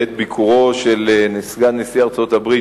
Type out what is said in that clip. בעת ביקורו של סגן נשיא ארצות-הברית,